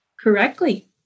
Correctly